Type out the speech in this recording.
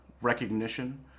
recognition